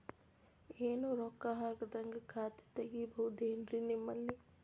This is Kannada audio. ಏನು ರೊಕ್ಕ ಹಾಕದ್ಹಂಗ ಖಾತೆ ತೆಗೇಬಹುದೇನ್ರಿ ನಿಮ್ಮಲ್ಲಿ?